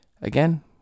again